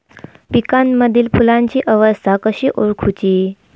पिकांमदिल फुलांची अवस्था कशी ओळखुची?